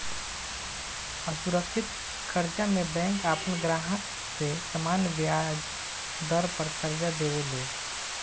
असुरक्षित कर्जा में बैंक आपन ग्राहक के सामान्य ब्याज दर पर कर्जा देवे ले